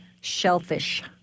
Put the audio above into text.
shellfish